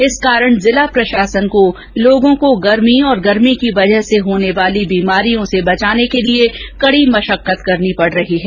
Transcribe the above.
इस कारण जिला प्रशासन को लोगों को गर्मी और गर्मी की वजह से होने वाली बीमारियों से बचाने के लिए कड़ी मशक्कत करनी पड़ रही है